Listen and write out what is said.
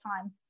time